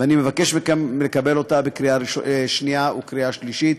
ואני מבקש מכם לקבל אותה בקריאה שנייה וקריאה שלישית.